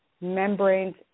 membranes